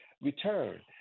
return